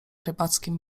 rybackim